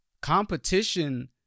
Competition